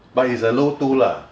but it's a low two lah